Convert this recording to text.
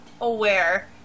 aware